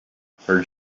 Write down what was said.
her